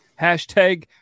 Hashtag